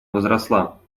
возросла